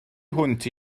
hwnt